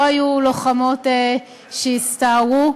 לא היו לוחמות שהסתערו,